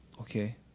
Okay